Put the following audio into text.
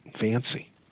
fancy